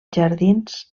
jardins